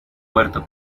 puerto